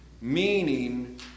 meaning